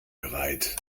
bereit